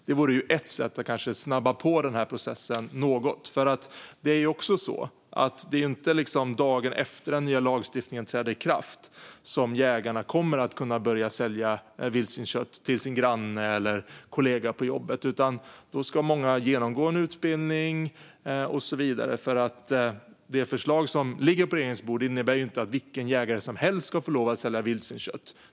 Det vore kanske ett sätt att snabba på processen något. Det är inte heller dagen efter det att den nya lagstiftningen träder i kraft som jägarna kommer att kunna börja sälja vildsvinskött till sin granne eller kollega på jobbet. Då ska många genomgå en utbildning och så vidare. Det förslag som ligger på regeringens bord innebär inte att vilken jägare som helst ska få lov att sälja vildsvinskött.